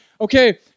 okay